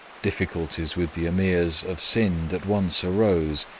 difficulties with the ameers of scinde at once arose,